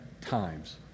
times